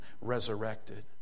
resurrected